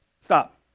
Stop